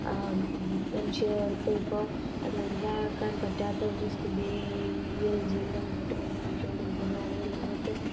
മനുഷ്യർക്ക് ഇപ്പോൾ അത് ഒഴിവാക്കാൻ പറ്റാത്ത ഒരു സ്ഥിതിയിൽ ജീവിതം മുന്നോട്ട് കൊണ്ട് പോയിക്കോണ്ടിരിക്കുകയാണ് ഈ ലോകത്ത്